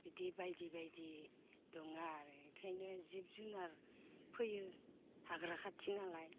बिदि बायदि बायदि दङो आरो इखायनो जिब जुनार फैयो हाग्रा खाथिनालाय